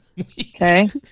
Okay